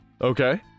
okay